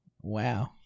Wow